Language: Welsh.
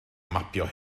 mapio